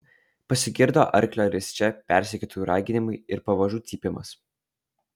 pasigirdo arklio risčia persekiotojų raginimai ir pavažų cypimas